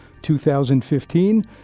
2015